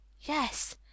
Yes